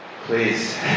Please